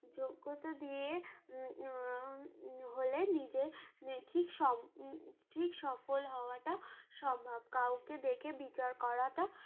যোগ্যতা দিয়ে হলে নিজের ঠিক সম ঠিক সফল হওয়াটা সম্ভব কাউকে দেখে বিচার করাটা